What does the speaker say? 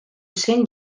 zen